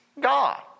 God